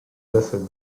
desert